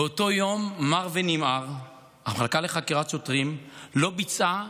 באותו יום מר ונמהר המחלקה לחקירת שוטרים לא ביצעה